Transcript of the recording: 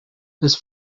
his